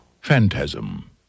Phantasm